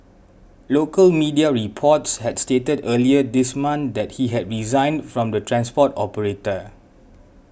local media reports had stated earlier this month that he had resigned from the transport operator